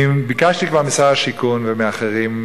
אני ביקשתי כבר משר השיכון ומאחרים,